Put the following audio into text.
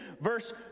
Verse